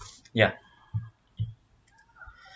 ya